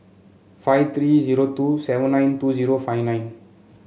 five three zero seven nine two zero five nine